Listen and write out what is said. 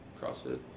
CrossFit